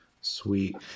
Sweet